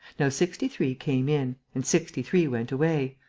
now sixty-three came in and sixty-three went away.